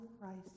Christ